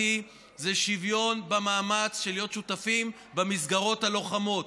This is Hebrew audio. שוויון במאמץ של להיות שותפים במסגרות הלוחמות,